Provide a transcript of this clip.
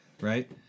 right